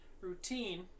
routine